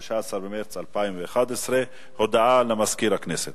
15 במרס 2011. הודעה למזכיר הכנסת.